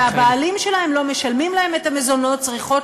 למה נשים גרושות שהבעלים שלהן לא משלמים להן את המזונות צריכות